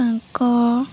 ତାଙ୍କ